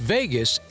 Vegas